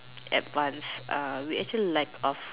advanced uh we actually lack of